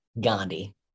Gandhi